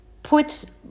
puts